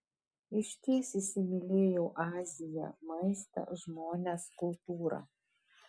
išties įsimylėjau aziją maistą žmones kultūrą